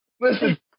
Listen